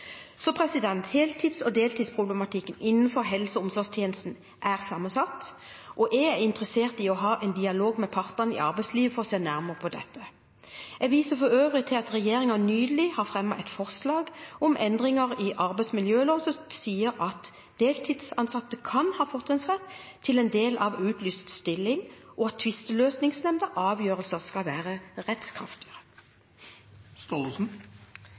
Heltids- og deltidsproblematikken innenfor helse- og omsorgstjenesten er sammensatt, og jeg er interessert i å ha en dialog med partene i arbeidslivet for å se nærmere på dette. Jeg viser for øvrig til at regjeringen nylig har fremmet et forslag om endringer i arbeidsmiljøloven som sier at deltidsansatte kan ha fortrinnsrett til en del av en utlyst stilling, og at Tvisteløsningsnemdas avgjørelser skal være